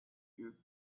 your